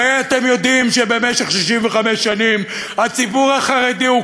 הרי אתם יודעים שבמשך 65 שנים הציבור החרדי הוא